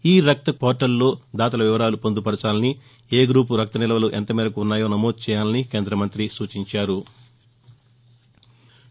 ఈ రక్తకోశ్ పోర్లల్లో దాతల వివరాలు పొందుపరచాలని ఏ గ్రూప్ రక్తనిల్వలు ఎంతమేరకు ఉన్నాయో నమోదుచేయాలని కేంద్రమంత్రి సూచించారు